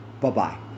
Bye-bye